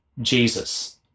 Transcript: Jesus